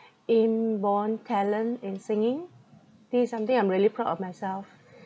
inborn talent in singing this is something I'm really proud of myself